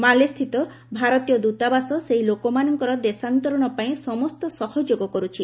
ମାଲେସ୍ଥିତ ଭାରତୀୟ ଦୂତାବାସ ସେହି ଲୋକମାନଙ୍କର ଦେଶାନ୍ତରଣ ପାଇଁ ସମସ୍ତ ସହଯୋଗ କରୁଛି